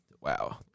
wow